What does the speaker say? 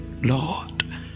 Lord